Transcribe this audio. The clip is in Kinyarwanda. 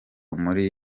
muri